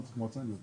בהסכמה.